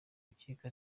rukiko